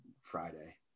Friday